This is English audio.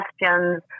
questions